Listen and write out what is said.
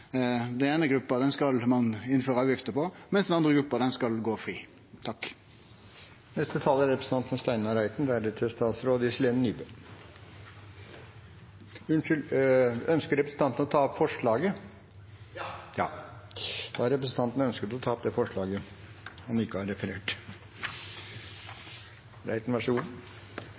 Den eine gruppa skal ein innføre avgifter for, mens den andre gruppa skal gå fri. Ønsker representanten å ta opp forslaget? Ja. Representanten Torgeir Knag Fylkesnes har tatt opp det forslaget